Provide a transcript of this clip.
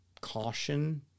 caution